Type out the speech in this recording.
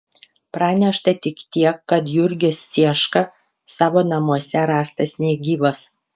pranešta tik tiek kad jurgis cieška savo namuose rastas negyvas